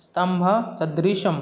स्तम्भसदृशं